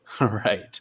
right